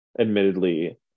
admittedly